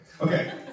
Okay